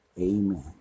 Amen